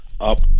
up